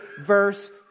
verse